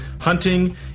hunting